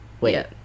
Wait